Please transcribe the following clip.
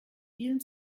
vielen